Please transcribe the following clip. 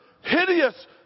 hideous